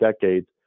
decades